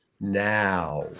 now